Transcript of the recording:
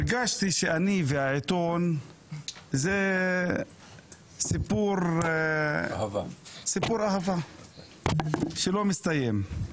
הרגשתי שאני והעיתון זה סיפור אהבה שלא מסתיים.